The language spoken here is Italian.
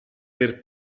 per